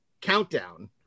countdown